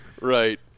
right